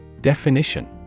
Definition